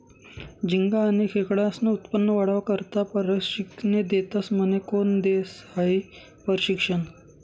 झिंगा आनी खेकडास्नं उत्पन्न वाढावा करता परशिक्षने देतस म्हने? कोन देस हायी परशिक्षन?